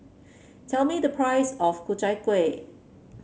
tell me the price of Ku Chai Kueh